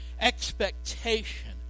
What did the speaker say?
expectation